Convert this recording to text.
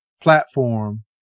platform